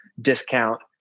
discount